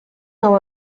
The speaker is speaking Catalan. nou